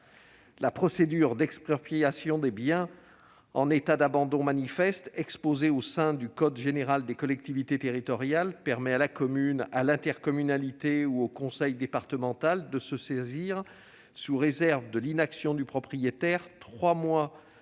La procédure d'expropriation des biens en état d'abandon manifeste, exposée au sein du code général des collectivités territoriales, permet à la commune, à l'intercommunalité ou au conseil départemental de se saisir, sous réserve de l'inaction du propriétaire trois mois après